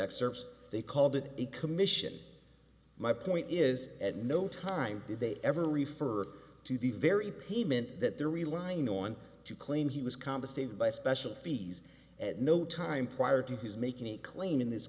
excerpt they called it the commission my point is at no time did they ever refer to the very payment that they're relying on to claim he was compensated by special fees at no time prior to his making a claim in this